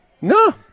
No